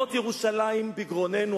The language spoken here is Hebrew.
רוממות ירושלים בגרוננו,